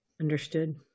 Understood